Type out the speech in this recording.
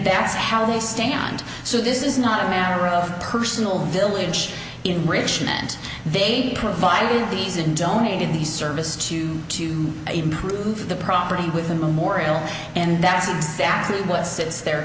that's how they stand so this is not a matter of personal village enrichment they provided these and donated these services to to improve the property with the memorial and that's exactly what sits there